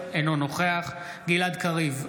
אינו נוכח גלעד קריב,